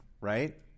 right